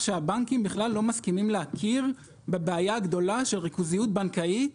שהבנקים בכלל לא מסכימים להכיר בבעיה הגדולה של ריכוזיות בנקאית